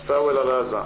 מסטוואל אלאזה,